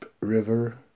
River